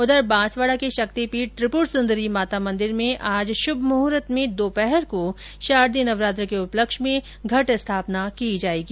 उधर बांसवाड़ा के शक्तिपीठ त्रिपुर सुंदरी माता मंदिर में आज शुभ मुहूर्त में दोपहर को शारदीय नवरात्रि के उपलक्ष में घट स्थापना की जाएगी